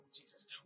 Jesus